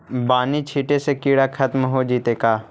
बानि छिटे से किड़ा खत्म हो जितै का?